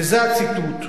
וזה הציטוט: